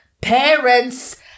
Parents